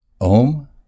Om